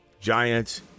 Giants